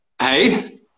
Hey